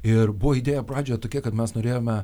ir buvo idėja pradžioje tokia kad mes norėjome